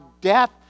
Death